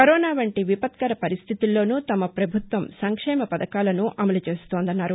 corona వంటి విపత్కర పరిస్థితుల్లోనూ తమ పభుత్వం సంక్షేమ పథకాలసు అమలు చేస్తోందన్నారు